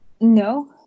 No